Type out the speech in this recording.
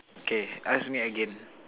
okay ask me again